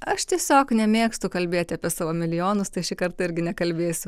aš tiesiog nemėgstu kalbėti apie savo milijonus tai šį kartą irgi nekalbėsiu